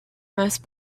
most